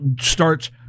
starts